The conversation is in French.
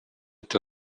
est